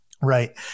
Right